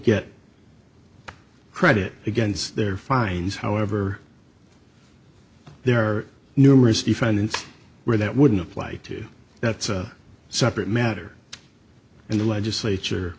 get credit against their fines however there are numerous defendants where that wouldn't apply to you that's a separate matter and the legislature